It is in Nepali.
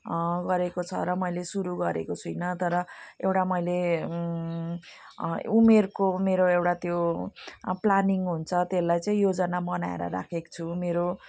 गरेको छ र मैले सुरु गरेको छुइनँ र एउटा मैले उमेरको मेरो एउटा त्यो प्लानिङ हुन्छ त्यसलाई चाहिँ योजना बनाएर राखेको छु मेरो